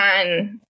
on